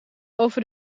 over